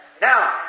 Now